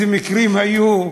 איזה מקרים היו,